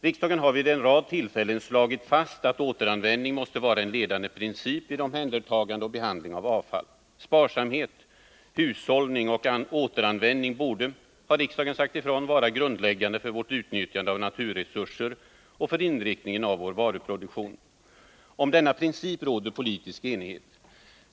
Riksdagen har vid en rad tillfällen slagit fast att återanvändning måste vara en ledande princip vid omhändertagande och behandling av avfall. Sparsamhet, hushållning och återanvändning borde — det har riksdagen sagt ifrån — vara grundläggande för vårt utnyttjande av naturresurser och för inriktningen av vår varuproduktion. Om denna princip råder politisk enighet.